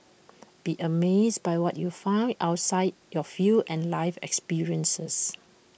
be amazed by what you find outside your field and life experiences